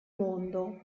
mondo